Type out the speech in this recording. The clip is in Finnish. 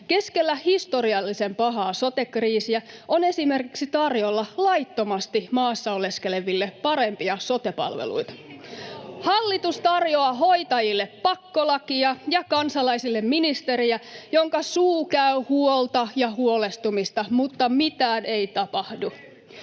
Keskellä historiallisen pahaa sote-kriisiä on esimerkiksi tarjolla laittomasti maassa oleskeleville parempia sote-palveluita. [Sosiaalidemokraattien ryhmästä: Siihenkö talous kaatuu?] Hallitus tarjoaa hoitajille pakkolakia ja kansalaisille ministeriä, jonka suu käy huolta ja huolestumista, mutta mitään ei tapahdu.